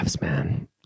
man